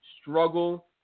struggle